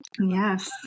Yes